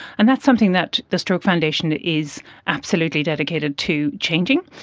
and that's something that the stroke foundation is absolutely dedicated to changing.